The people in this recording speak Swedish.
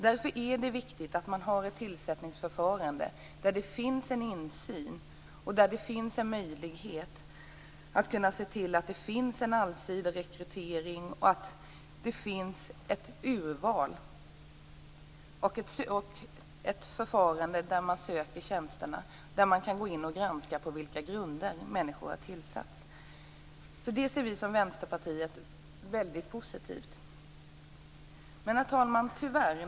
Därför är det viktigt att man har ett tillsättningsförfarande där det finns en insyn och en möjlighet att se till att det finns en allsidig rekrytering och ett urvalsförfarande när tjänsterna tillsätts. Man måste kunna gå in och granska på vilka grunder människor har tillsatts. Detta ser vi i Vänsterpartiet som väldigt positivt. Herr talman!